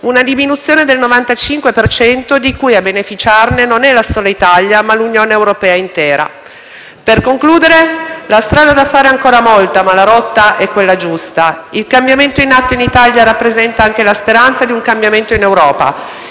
Per concludere, la strada da fare è ancora molta, ma la rotta è quella giusta. Il cambiamento in atto in Italia rappresenta anche la speranza che ne avvenga uno in Europa, perché i nostri obiettivi sono gli stessi, in Italia come in Europa: far sì che le azioni e le decisioni politiche siano realmente